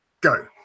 Go